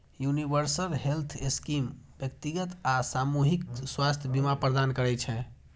universal health scheme व्यक्तिगत आ सामूहिक स्वास्थ्य बीमा प्रदान करै छै